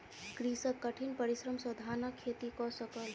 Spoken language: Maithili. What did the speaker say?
कृषक कठिन परिश्रम सॅ धानक खेती कय सकल